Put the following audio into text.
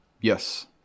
Yes